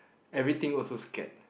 everything also scared